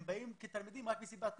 הם באים כתלמידים רק מסיבה טכנית,